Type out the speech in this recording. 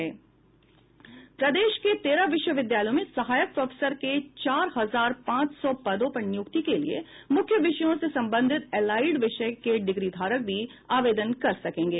प्रदेश के तेरह विश्वविद्यालयों में सहायक प्रोफेसर के चार हजार पांच सौ पदों पर नियुक्ति के लिए मुख्य विषयों से संबंधित एलाइड विषय के डिग्रीधारक भी आवेदन कर सकेंगे